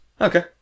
Okay